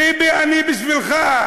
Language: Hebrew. ביבי, אני בשבילך.